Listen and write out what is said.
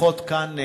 לפחות כאן,